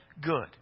good